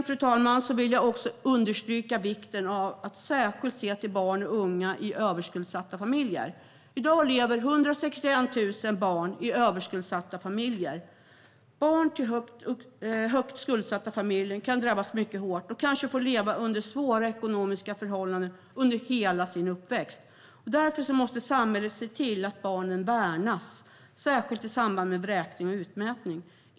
Fru talman! Jag vill slutligen understryka vikten av att särskilt se till barn och unga i överskuldsatta familjer. I dag lever 161 000 barn i överskuldsatta familjer. Barn i högt skuldsatta familjer kan drabbas mycket hårt och får kanske leva under svåra ekonomiska förhållanden under hela sin uppväxt. Därför måste samhället se till att barnen värnas, särskilt i samband med vräkning och utmätning.